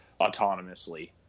autonomously